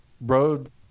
road